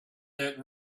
that